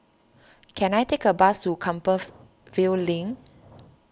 can I take a bus to Compassvale Link